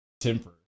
temper